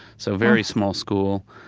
so very small school.